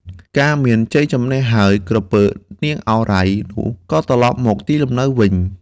កាលមានជ័យជម្នះហើយ ក្រពើ នាងឱរ៉ៃ នោះ ក៏ត្រឡប់មកទីលំនៅវិញ ។